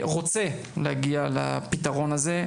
רוצה להגיע לפתרון הזה.